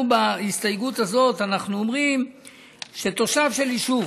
בהסתייגות הזאת אנחנו אומרים שתושב של יישוב,